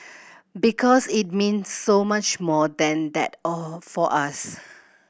because it mean so much more than that all for us